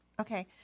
Okay